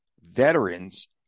veterans